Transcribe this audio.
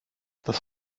das